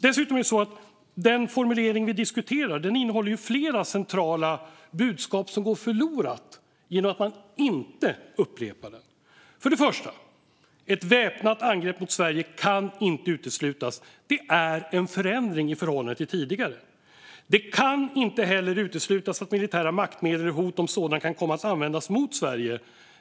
Dessutom innehåller den formulering som vi diskuterar flera centrala budskap som går förlorade genom att man inte upprepar dem. Först och främst kan ett väpnat angrepp mot Sverige inte uteslutas. Det är en förändring i förhållande till tidigare. Det kan heller inte uteslutas att militära maktmedel eller hot om sådana kan komma att användas mot Sverige.